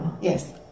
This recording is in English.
Yes